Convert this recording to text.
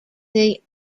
they